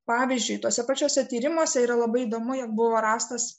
pavyzdžiui tuose pačiuose tyrimuose yra labai įdomu jog buvo rastas